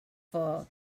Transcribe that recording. for